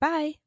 Bye